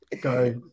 go